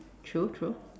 true true